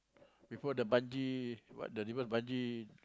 before the bungee what the river bungee